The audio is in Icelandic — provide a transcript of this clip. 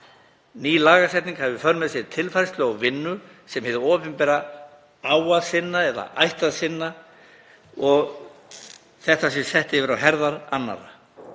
Ný lagasetning hefur í för með sér tilfærslu á vinnu sem hið opinbera á að sinna eða ætti að sinna og þetta sé sett yfir á herðar annarra